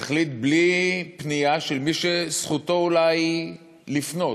החליט, בלי פנייה של מי שזכותו אולי לפנות,